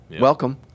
Welcome